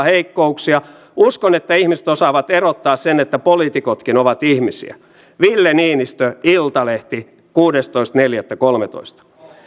pitää muistaa että itsenäisen valtion yksi tärkeä tunnusmerkki on että se pystyy valvomaan rajansa niin maalla merellä kuin ilmassa